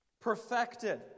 Perfected